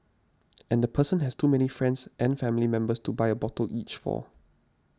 and the person has too many friends and family members to buy a bottle each for